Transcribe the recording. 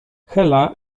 hela